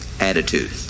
attitude